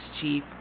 Chief